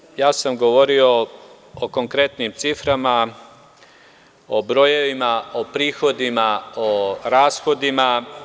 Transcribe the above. Gledajte, ja sam govorio o konkretnim ciframa, o brojevima, o prihodima, o rashodima.